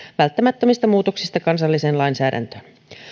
välttämättömistä muutoksista kansalliseen lainsäädäntöön